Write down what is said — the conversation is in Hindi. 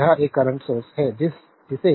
यह एक करंट सोर्स है जिसे